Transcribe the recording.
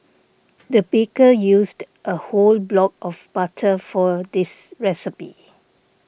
the baker used a whole block of butter for this recipe